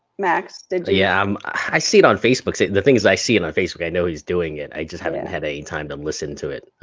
max, did you? yeah, um i see it on facebook. the thing is i see it on facebook, i know he's doing it. i just haven't had any time to listen to it.